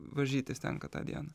varžytis tenka tą dieną